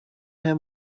him